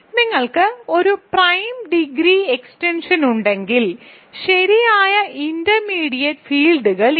നിങ്ങൾക്ക് ഒരു prime degree extension ഉണ്ടെങ്കിൽ ശരിയായ ഇന്റർമീഡിയറ്റ് ഫീൽഡുകൾ ഇല്ല